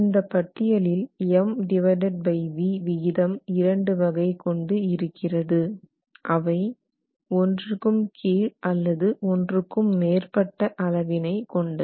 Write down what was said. இந்த பட்டியலில் MVd விகிதம் இரண்டு வகை கொண்டு இருக்கிறது அவை ஒன்றுக்கும் கீழே அல்லது ஒன்றுக்கும் மேற்பட்ட அளவினை கொண்டது